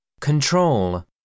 Control